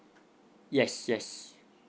yes yes